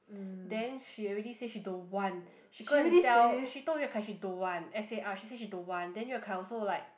then she already said she don't want she go and tell she told Yue-Kai she don't want as say ah she say she don't want then Yue-Kai also like